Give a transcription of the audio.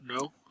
No